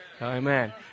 Amen